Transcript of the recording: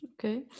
Okay